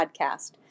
Podcast